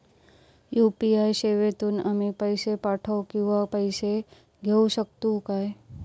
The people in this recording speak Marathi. यू.पी.आय सेवेतून आम्ही पैसे पाठव किंवा पैसे घेऊ शकतू काय?